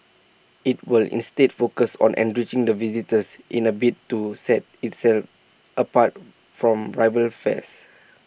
IT will instead focus on enriching the visitor's in A bid to set itself apart from rival fairs